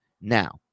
Now